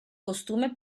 costume